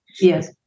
Yes